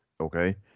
Okay